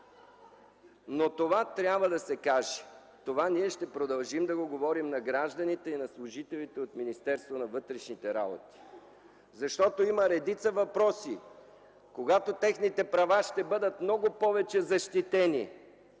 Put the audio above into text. но това трябва да се каже. Това ние ще продължим да го говорим на гражданите и на служителите от Министерството на вътрешните работи, защото има редица въпроси, когато техните права ще бъдат много повече защитени,